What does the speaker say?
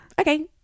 okay